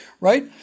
right